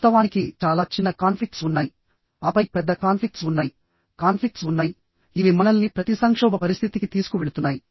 వాస్తవానికి చాలా చిన్న కాన్ఫ్లిక్ట్స్ ఉన్నాయి ఆపై పెద్ద కాన్ఫ్లిక్ట్స్ ఉన్నాయి కాన్ఫ్లిక్ట్స్ ఉన్నాయి ఇవి మనల్ని ప్రతి సంక్షోభ పరిస్థితికి తీసుకువెళుతున్నాయి